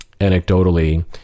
anecdotally